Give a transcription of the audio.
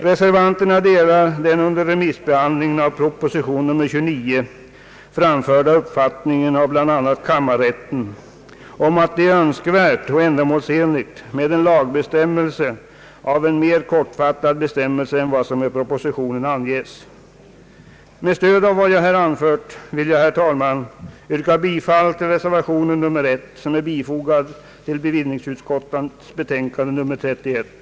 Reservanterna delar den under remissbehandlingen av proposition nr 29 bl.a. av kammarrätten framförda uppfattningen att det är önskvärt och ändamålsenligt med en mer kortfattad lagbestämmelse än vad som i propositionen anges. Med stöd av vad jag här anfört vill jag, herr talman, yrka bifall till reservation nr 1, som är fogad till bevillningsutskottets betänkande nr 31.